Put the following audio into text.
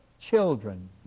children